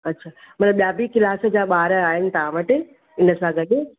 अच्छा मतलबु ॿिया बि क्लास जा ॿार आहिनि तव्हां वटि हिन सां गॾु